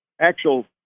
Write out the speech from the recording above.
actual